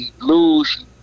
lose